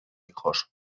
hijos